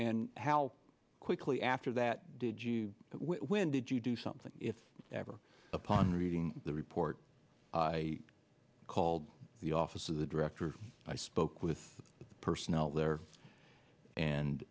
and how quickly after that did you when did you do something if ever upon reading the report i called the office of the director i spoke with the personnel there and